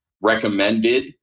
recommended